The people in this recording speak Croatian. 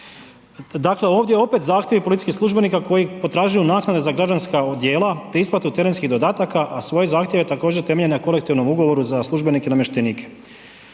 Dakle, ovdje opet zahtjevi policijskih službenika koji potražuju naknade za građanska odijela, te isplatu terenskih dodataka, a svoje zahtjeve također temeljem na kolektivnom ugovoru za službenike i namještenike.